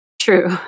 True